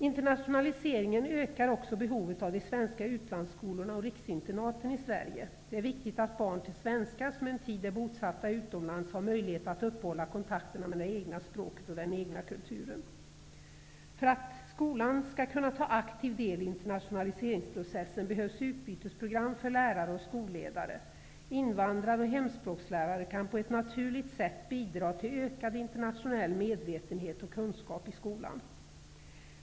Internationaliseringen ökar också behovet av de svenska utlandsskolorna och riksinternaten i Sverige. Det är viktigt att barn till svenskar som en tid är bosatta utomlands har möjlighet att uppehålla kontakten med det egna språket och den egna kulturen. För att skolan skall kunna ta aktiv del i internationeliseringsprocessen behövs utbytesprogram för lärare och skolledare. Invandrare och hemspråkslärare kan på ett naturligt sätt bidra till ökad internationell medvetenhet och kunskap i skolan.